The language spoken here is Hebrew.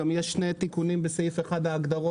גם יש שני תיקונים בסעיף 1 ההגדרות,